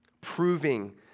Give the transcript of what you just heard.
Proving